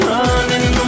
Running